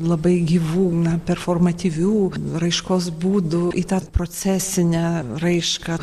labai gyvų na performativių raiškos būdų į tą procesinę raišką